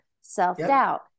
self-doubt